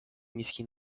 miski